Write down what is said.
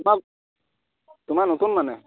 তোমাৰ তোমাৰ নতুন মানে